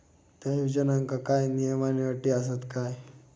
त्या योजनांका काय नियम आणि अटी आसत काय?